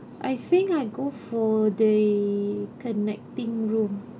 I think I go for the connecting room